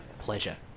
pleasure